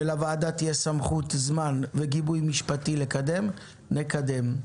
ולוועדה תהיה סמכות זמן וגיבוי משפטי לקדם, נקדם.